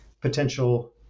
potential